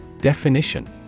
Definition